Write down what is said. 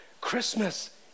Christmas